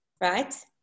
right